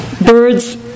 Birds